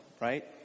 right